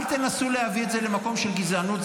אל תנסו להביא את זה למקום של גזענות,